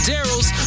Daryl's